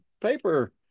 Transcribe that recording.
paper